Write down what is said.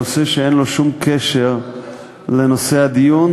הצלחת להעלות באמת נושא שאין לו שום קשר לנושא הדיון.